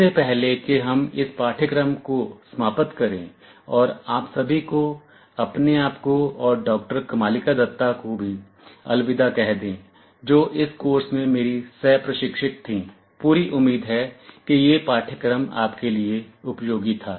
इससे पहले कि हम इस पाठ्यक्रम को समाप्त करें और आप सभी को अपने आप को और डॉ कमालिका दत्ता को भी अलविदा कह दें जो इस कोर्स में मेरी सह प्रशिक्षक थीं पूरी उम्मीद है कि यह पाठ्यक्रम आपके लिए उपयोगी था